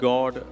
God